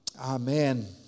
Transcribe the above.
Amen